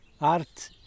art